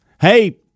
hey